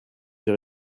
j’ai